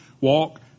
walk